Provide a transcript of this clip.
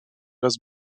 das